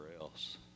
else